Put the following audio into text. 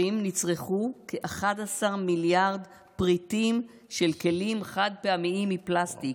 ב-2020 נצרכו כ-11 מיליארד פריטים של כלים חד-פעמיים מפלסטיק,